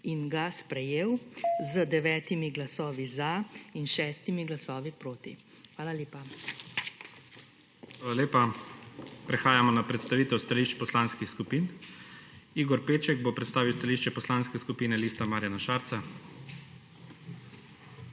in ga sprejel z devetimi glasovi za in šestimi glasovi proti. Hvala lepa. **PREDSEDNIK IGOR ZORČIČ:** Hvala lepa. Prehajamo na predstavitev stališč poslanskih skupin. Igor Peček bo predstavil stališče Poslanske skupine Liste Marjana Šarca.